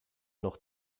noch